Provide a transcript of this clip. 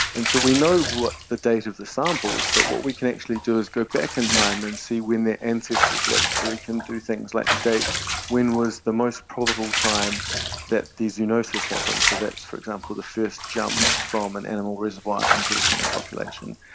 and so we know the date of the samples, but what we can actually do is go back in time and see when their ancestors lived, so we can do things like date when was the most probable time that the zoonosis happened, so that is, for example, the first jump from an animal reservoir into the human population.